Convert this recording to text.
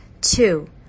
Two